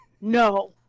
No